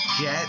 get